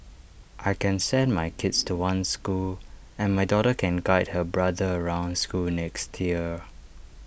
I can send my kids to one school and my daughter can guide her brother around school next year